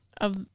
of-